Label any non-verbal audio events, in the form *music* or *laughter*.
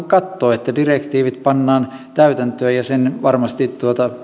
*unintelligible* katsoo että direktiivit pannaan täytäntöön ja varmasti